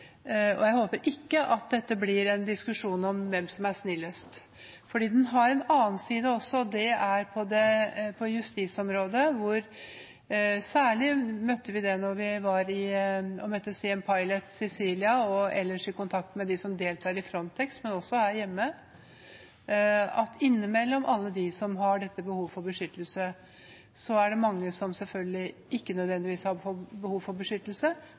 Jeg håper ikke at dette blir en diskusjon om hvem som er snillest, for den har en annen side også. Det er på justisområdet, og særlig møtte vi det da vi besøkte «Siem Pilot» på Sicilia og ellers i kontakt med dem som deltar i Frontex, men også her hjemme: Innimellom alle dem som har dette behovet for beskyttelse, er det mange som selvfølgelig ikke nødvendigvis har behov for beskyttelse,